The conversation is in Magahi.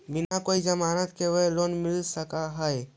बिना कोई जमानत के बड़ा लोन मिल सकता है?